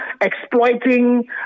exploiting